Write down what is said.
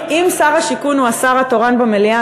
אם שר השיכון הוא השר התורן במליאה,